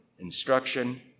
Instruction